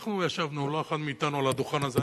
אנחנו ישבנו, לא אחד מאתנו, על הדוכן הזה.